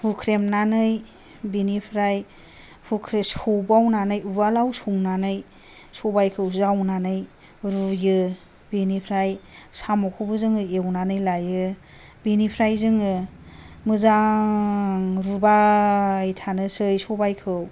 हुख्रेमनानै बिनिफ्राय सौबावनानै उवालाव सौनानै सबायखौ जावनानै रुयो बेनिफ्राय साम'खौबो जोङो एवनानै लायो बेनिफ्राय जोङो मोजां रुबाय थानोसै सबायखौ